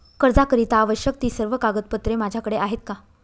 कर्जाकरीता आवश्यक ति सर्व कागदपत्रे माझ्याकडे आहेत का?